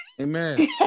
Amen